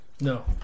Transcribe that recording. No